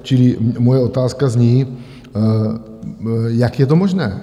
Čili moje otázka zní, jak je to možné?